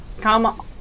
come